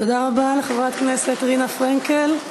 תודה רבה לחברת הכנסת רינה פרנקל.